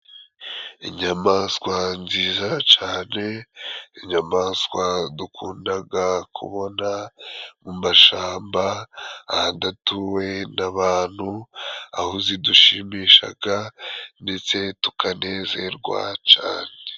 Inyamaswa nziza cane inyamanswa dukundaga kubona. Mu mashamba ahadatuwe n'abantu aho zidushimishaga ndetse tukanezerwa cane.